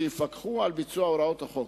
שיפקחו על ביצוע הוראות החוק.